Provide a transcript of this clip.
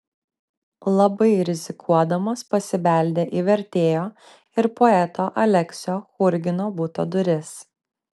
labai rizikuodamos pasibeldė į vertėjo ir poeto aleksio churgino buto duris